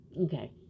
okay